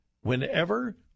Whenever